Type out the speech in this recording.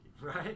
right